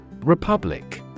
Republic